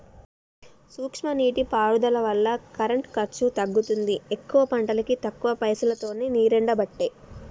సూక్ష్మ నీటి పారుదల వల్ల కరెంటు ఖర్చు తగ్గుతుంది ఎక్కువ పంటలకు తక్కువ పైసలోతో నీరెండబట్టే